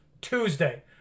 Tuesday